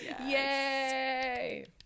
Yay